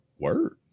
Word